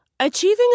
Achieving